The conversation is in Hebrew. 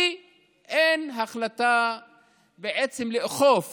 כי אין החלטה לאכוף